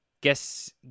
Guess